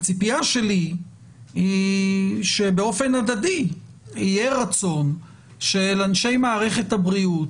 הציפייה שלי היא שבאופן הדדי יהיה רצון של אנשי מערכת הבריאות,